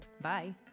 Bye